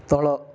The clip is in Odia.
ତଳ